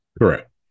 correct